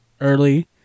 early